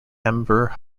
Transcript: amber